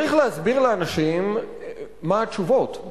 צריך להסביר לאנשים מה התשובות,